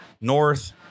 north